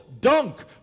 dunk